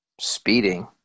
speeding